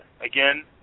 again